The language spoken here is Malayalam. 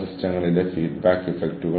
interactive networking